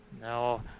No